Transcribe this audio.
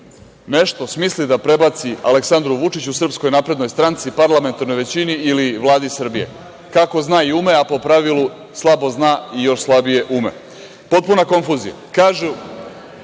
nešto smisli da prebaci Aleksandru Vučiću, SNS, parlamentarnoj većini ili Vladi Srbije, kako zna i ume, a po pravilu slabo zna i još slabije ume. Potpuna konfuzija.